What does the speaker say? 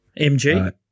MG